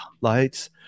lights